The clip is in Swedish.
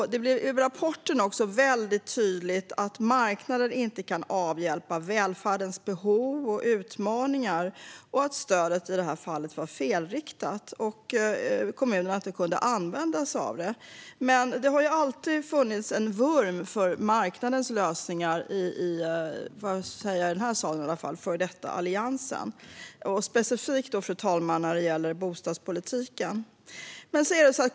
Det blir i rapporten också väldigt tydligt att marknaden inte kan tillgodose välfärdens behov och utmaningar och att stödet i detta fall var felriktat; kommunerna kunde inte använda sig av det. Men det har i denna sal alltid funnits en vurm för marknadens lösningar hos före detta Alliansen, speciellt när det gäller bostadspolitiken.